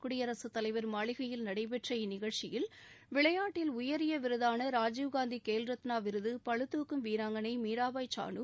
குடியரசுத் தலைவர் மாளிகையில் நடைபெற்ற இந்நிகழ்ச்சியில் விளையாட்டில் உயரிய விருதான ராஜீவ்காந்தி கேல் ரத்னா விருது பளுதுக்கும் வீராங்கனை மீராபாய் சானு